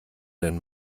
den